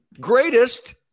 Greatest